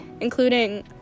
including